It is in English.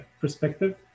perspective